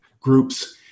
groups